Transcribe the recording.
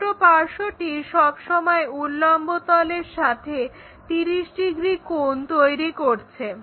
ছোট পার্শ্বটি সব সময় উল্লম্ব তলের সাথে 30 ডিগ্রি কোণ তৈরি করছে